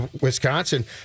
Wisconsin